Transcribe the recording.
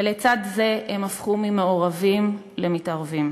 ולצד זה הם הפכו ממעורבים למתערבים.